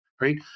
right